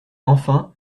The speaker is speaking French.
enfin